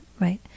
right